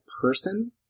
person